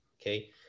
okay